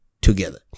together